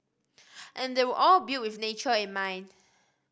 and they were all built with nature in mind